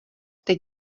teď